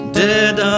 dead